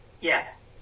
Yes